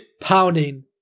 pounding